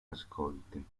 ascolti